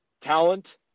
talent